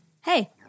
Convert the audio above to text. Hey